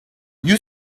you